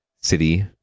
city